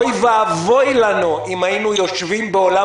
אוי ואבוי לנו אם היינו יושבים בעולם